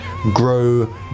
grow